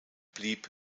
blieb